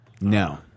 No